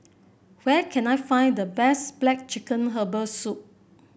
where can I find the best black chicken Herbal Soup